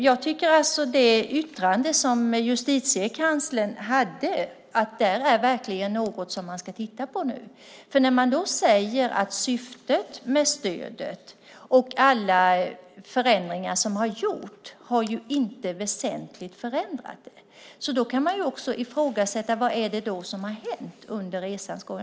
Jag tycker alltså att Justitiekanslerns yttrande verkligen är något man ska titta på nu. Man säger att syftet med stödet och alla förändringar som har gjorts inte väsentligt har förändrat det. Då kan man också ifrågasätta vad det är som har hänt under resans gång.